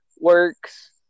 works